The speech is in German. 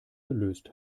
gelöst